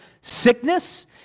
sickness